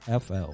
FL